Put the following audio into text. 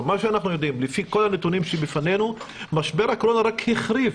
לפי כל הנתונים שלפנינו, משבר הקורונה רק החריף